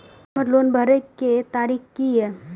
हमर लोन भरए के तारीख की ये?